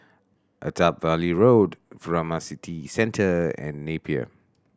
Attap Valley Road Furama City Centre and Napier